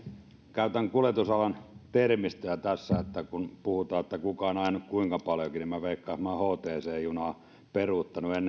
käytän kuljetusalan termistöä tässä kun puhutaan siitä kuka on ajanut kuinkakin paljon niin minä veikkaan että minä olen hct junaa peruuttanut